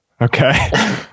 Okay